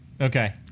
Okay